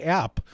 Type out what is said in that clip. app